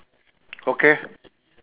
okay